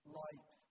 light